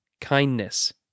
kindness